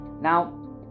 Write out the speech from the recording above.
Now